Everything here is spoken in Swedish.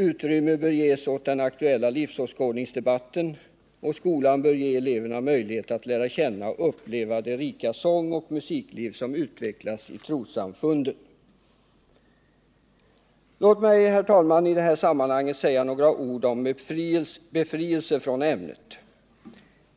Utrymme bör ges åt den aktuella livsåskådningsdebatten, och skolan bör ge eleverna möjlighet att lära känna och uppleva det rika sångoch musikliv som utvecklas i trossamfunden. Låt mig, herr talman, också säga några ord om befrielse från ämnet religionskunskap.